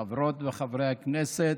חברות וחברי הכנסת,